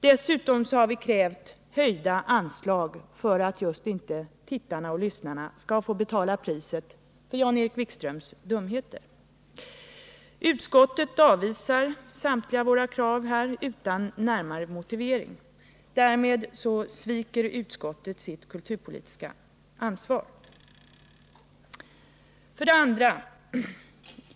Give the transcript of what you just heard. Dessutom har vi krävt höjda anslag för att inte tittarna och lyssnarna skall få betala priset för Jan-Erik Wikströms dumheter. Utskottet avvisar samtliga våra krav utan närmare motivering. Därmed sviker utskottet sitt kulturpolitiska ansvar.